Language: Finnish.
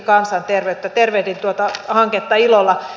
tervehdin tuota hanketta ilolla